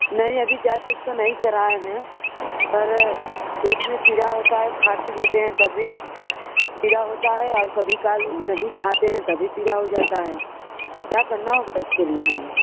नहीं अभी जाँच उसका नहीं कराए हैं पर पेट में पीड़ा होता है खा पी लेते हैं तब भी पीड़ा होता है और कभी काल नहीं खाते हैं तब भी पीड़ा हो जाता है क्या करना होगा इसके लिए हमें